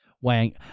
Wang